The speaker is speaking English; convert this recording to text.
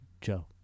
Joe